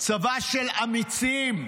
צבא של אמיצים,